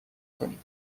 کنید